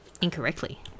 incorrectly